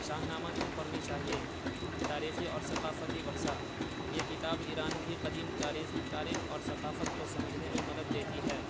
شاہ نامہ کیوں پڑھنی چاہیے تاریخی اور ثقافتی ورثہ یہ کتاب ایران کی قدیم تاریخی تاریخ اور ثقافت کو سمجھنے میں مدد دیتی ہے